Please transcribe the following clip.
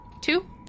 Two